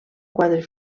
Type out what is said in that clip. quatre